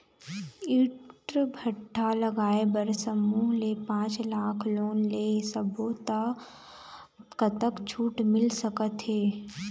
ईंट भट्ठा लगाए बर समूह ले पांच लाख लाख़ लोन ले सब्बो ता कतक छूट मिल सका थे?